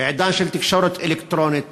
בעידן של תקשורת אלקטרונית,